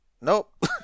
Nope